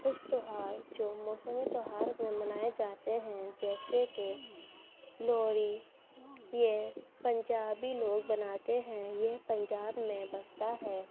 کچھ تہوار جو موسمی تہوار میں منائے جاتے ہیں جیسے کہ لوہڑی یہ پنجابی لوگ مناتے ہیں یہ پنجاب میں منتا ہے